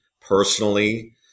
personally